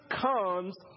comes